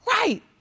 Right